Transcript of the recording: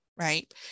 right